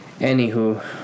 Anywho